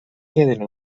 queden